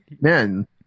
man